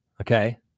Okay